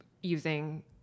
using